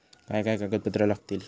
काय काय कागदपत्रा लागतील?